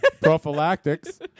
Prophylactics